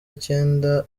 icyenda